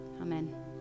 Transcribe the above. amen